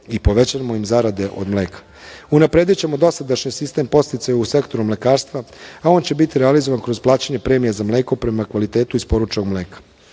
i povećamo im zarade od mleka. Unapredićemo dosadašnji sistem podsticaja u sektoru mlekarstva, a on će biti realizovan kroz plaćanje premija za mleko prema kvalitetu isporučenog mleka.